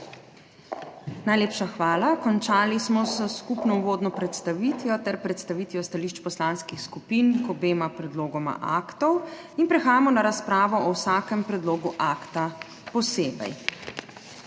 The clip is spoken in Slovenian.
Najlepša hvala. Končali smo s skupno uvodno predstavitvijo ter predstavitvijo stališč poslanskih skupin k obema predlogoma aktov. Prehajamo na razpravo o vsakem predlogu akta posebej.